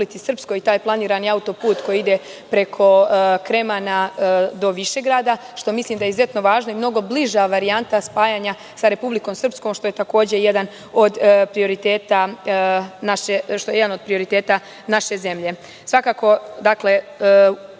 i taj planirani auto-put koji ide preko Kremana do Višegrada, što mislim da je izuzetno važno i mnogo bliža varijanta spajanja sa Republikom Srpskom, što je takođe jedan od prioriteta naše